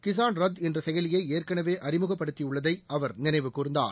கிஷான் ரத் என்ற செயலியை ஏற்கனவே அறிமுகப்படுத்தியுள்ளதை அவர் நினைவுகூர்ந்தார்